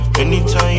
anytime